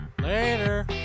later